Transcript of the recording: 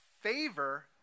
favor